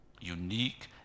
unique